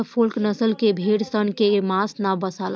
Suffolk नसल के भेड़ सन के मांस ना बासाला